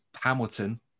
Hamilton